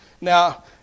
Now